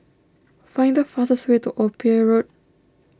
find the fastest way to Old Pier Road